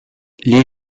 les